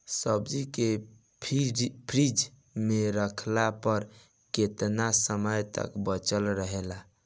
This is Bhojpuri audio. सब्जी के फिज में रखला पर केतना समय तक बचल रहेला?